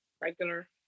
regular